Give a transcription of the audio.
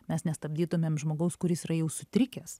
mes nestabdytumėm žmogaus kuris yra jau sutrikęs